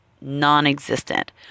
non-existent